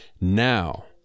Now